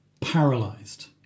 paralyzed